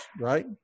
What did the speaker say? right